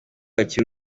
hakiri